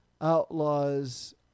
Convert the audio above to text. Outlaws